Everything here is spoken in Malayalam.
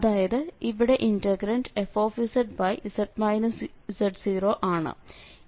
അതായത് ഇവിടെ ഇന്റഗ്രന്റ് fz z0 ആണ്